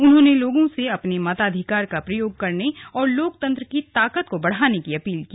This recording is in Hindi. उन्होंने लोगों से अपने मताधिकार का प्रयोग करने और लोकतंत्र की ताकत बढ़ाने की अपील की